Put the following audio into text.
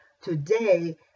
today